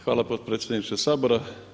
Hvala potpredsjedniče Sabora.